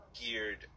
geared